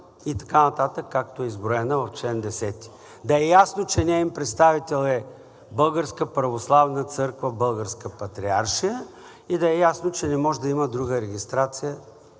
и така нататък, както е изброена в чл. 10. Да е ясно, че неин представител е Българската православна църква – Българска патриаршия и да е ясно, че не може да има друга регистрация,